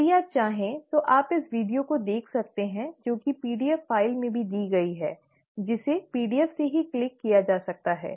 यदि आप चाहें तो आप इस वीडियो को देख सकते हैं जो कि पीडीएफ फाइल में भी दी गई है जिसे पीडीएफ से ही क्लिक किया जा सकता है